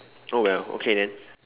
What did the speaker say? oh well okay then